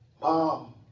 Mom